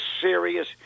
serious